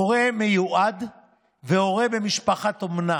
הורה מיועד והורה במשפחת אומנה,